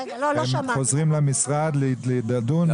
הם חוזרים למשרד לדון,